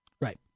right